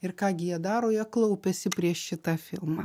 ir ką gi jie daro jie klaupiasi prieš šitą filmą